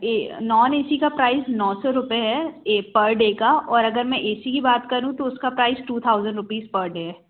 यह non A C का price नौ सौ रुपये है यह पर डे का और अगर मैं ए सी का बात करूँ तो उसका price two thousand rupees per day है